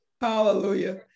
hallelujah